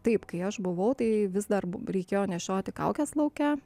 taip kai aš buvau tai vis bu reikėjo nešioti kaukes lauke